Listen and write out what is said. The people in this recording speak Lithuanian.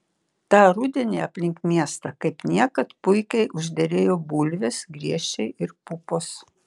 tą rudenį aplink miestą kaip niekad puikiai užderėjo bulvės griežčiai ir pupos